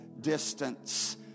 distance